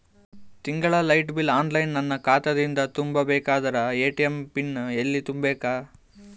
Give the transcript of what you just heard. ತಿಂಗಳ light bill online ನನ್ನ ಖಾತಾ ದಿಂದ ತುಂಬಾ ಬೇಕಾದರ ಎ.ಟಿ.ಎಂ ಪಿನ್ ಎಲ್ಲಿ ತುಂಬೇಕ?